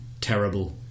terrible